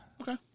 Okay